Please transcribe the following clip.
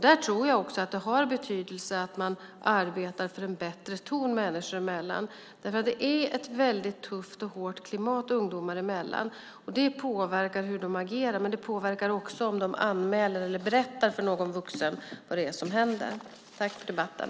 Där tror jag också att det har betydelse att man arbetar för en bättre ton människor emellan, för det är ett väldigt tufft och hårt klimat mellan ungdomar. Det påverkar hur de agerar, men det påverkar också om de anmäler eller berättar för någon vuxen vad det är som händer. Tack för debatten!